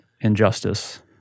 injustice